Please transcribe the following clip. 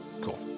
Cool